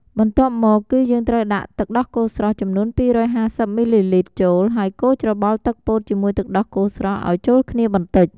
បន្ទាប់មកគឺយើងត្រូវដាក់ទឹកដោះគោស្រស់ចំនួន២៥០មីលីលីត្រចូល ហើយកូរច្របល់ទឹកពោតជាមួយទឹកដោះគោស្រស់ឱ្យចូលគ្នាបន្ដិច។